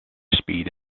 speed